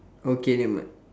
okay then what